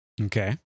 Okay